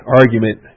argument